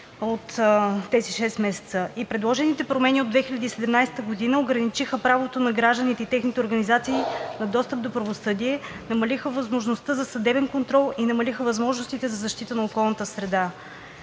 от тези шест месеца. Предложените промени от 2017 г. ограничиха правото на гражданите и техните организации на достъп до правосъдие; намалиха възможността за съдебен контрол; намалиха възможностите за защита на околната среда.